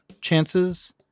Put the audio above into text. chances